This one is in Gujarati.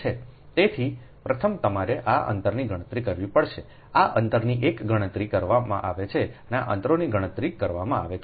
તેથી પ્રથમ તમારે આ અંતરની ગણતરી કરવી પડશે આ અંતરની એક ગણતરી કરવામાં આવે છે આ અંતરોની ગણતરી કરવામાં આવે છે